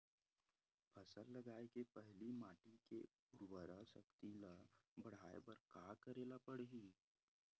फसल लगाय के पहिली माटी के उरवरा शक्ति ल बढ़ाय बर का करेला पढ़ही?